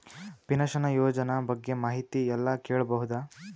Pension ಯೋಜನ ಬಗ್ಗೆ ಮಾಹಿತಿ ಎಲ್ಲ ಕೇಳಬಹುದು?